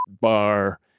bar